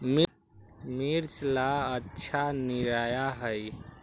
मिर्च ला अच्छा निरैया होई?